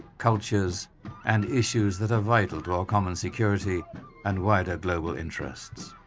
cultures and issues that are vital to our common security and wider global interests.